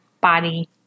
body